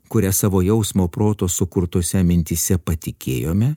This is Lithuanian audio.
kuria savo jausmo proto sukurtose mintyse patikėjome